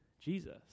jesus